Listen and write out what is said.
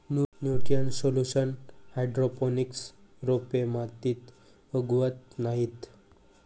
nutrient solution hydroponics रोपे मातीत उगवत नाहीत